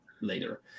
later